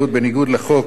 כל עוד אותו מעסיק